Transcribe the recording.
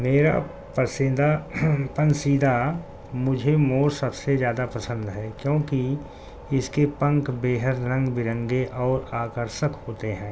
میرا پسیدہ پن سھہ مجھے مور سب سے زیادہ پسند ہے کیونکہ اس کے پنک بےحر رنگ برنگے اور آکرشک ہوتے ہیں